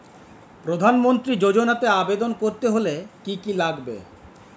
প্রধান মন্ত্রী যোজনাতে আবেদন করতে হলে কি কী লাগবে?